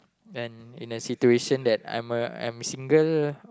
and in a situation that I'm a I'm single